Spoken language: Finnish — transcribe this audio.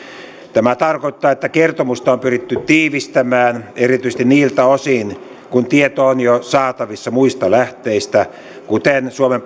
tämä tarkoittaa että kertomusta on pyritty tiivistämään erityisesti niiltä osin kun tieto on jo saatavissa muista lähteistä kuten suomen